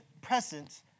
presence